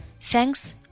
Thanks